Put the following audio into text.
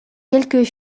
quelques